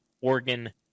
organ